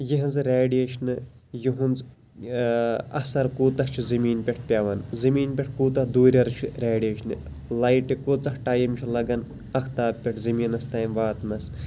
یِہٕنٛز ریٚڈِییشنہٕ ہُہُنٛز اَثَر کوٗتاہ چھُ زمیٖن پٮ۪ٹھ پیٚوان زمیٖن پٮ۪ٹھ کوٗتاہ دوٗرٮ۪ر چھُ ریٚڈِییشنہٕ لایٹہٕ کۭژاہ ٹایِم چھُ لَگان افتاب پٮ۪ٹھ زمیٖنس تانۍ واتنَس